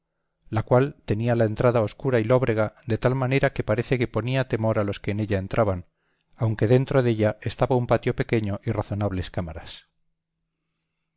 la cual tenía la entrada obscura y lóbrega de tal manera que parece que ponía temor a los que en ella entraban aunque dentro della estaba un patio pequeño y razonables cámaras